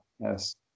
Yes